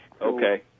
Okay